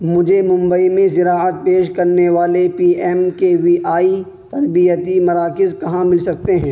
مجھے ممبئی میں زراعت پیش کرنے والے P M K V I تربیتی مراکز کہاں مل سکتے ہیں